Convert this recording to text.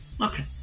Okay